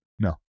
no